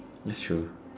it's true